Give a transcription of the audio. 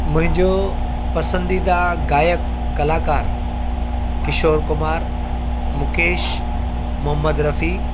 मुंहिंजो पसंदीदा गायक कलाकार किशोर कुमार मुकेश मोहम्मद रफ़ी